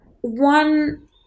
one